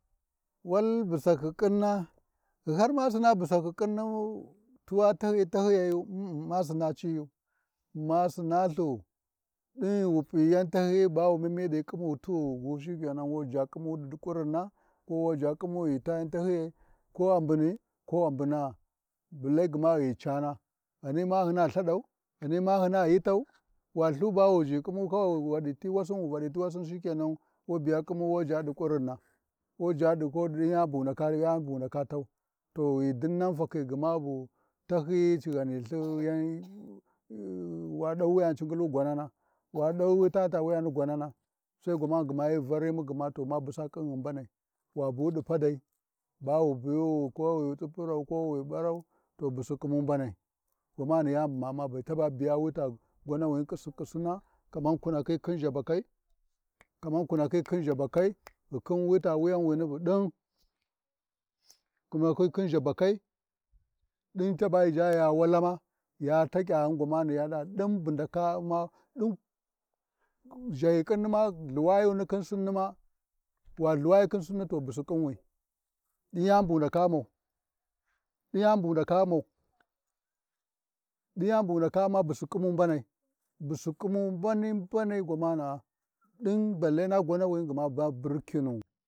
Wal busakhi ƙinna, ghi har ma Sinaa busakhi ƙinnu, tuwa taahyi taahyiyayu, in-in ma sinaa ciyu, ma SinaLthu, ɗin ghiwu P’i yan tahyiyi bawu miniɗi khiru tighigu, Shikenan, Sai wa ʒha ƙumu ɗi kurinra ko wa ʒha ƙinmu ghi taa yan tahyiyai ko a mbuni ko a mbunaa, balle gma ghi cana, ghani ma hyina Lthadau, ghani ma hyina yitau, wu Lthu bawu vaɗi ƙimu wu ʒha ɗi kurinna, ti wasu ti wasau shikenan to biya kumowo jabi kuranna yabuna ya buna katau to ghi dinan gmafukhi bu tahyiyi ghaniLthi yan gma waɗau wuyani cin gwaman, wa ɗau witahi ta wuyai gwaman sai gwaman ya varimu gma to ma busa ƙingha mbanai wabu ɗi padai, bawu biwu ko wi sipura, ko wi barau, to busi ƙimu mbanai, gwamana ni yani bu ma Umma be, taba biya wi ta gwamawiwi ƙisiƙisima kamar kinakhi khin ʒhabakhi, kama kuwakhi khi ʒhabaki, kama kumakhi khi ʒabakai, ɗin taba ʒhaya wal ya ta kyaghin gwamana, yaɗa ɗin bu ndakakhi din bu ɗi ʒe ʒhahi ƙuinna Lthuwayi yuni khin Sinni ma, wa Lthuwayi khin Sinnima to busi ƙinwi, ɗin yanu bu wu ndaka Ummau, ɗin yani bu wu ndaka Ummau, ɗin yani bu wu ndaka Ummau busu ƙinu mbanai, busu ƙinu mbanai balle na gma na gwanawini burkinu.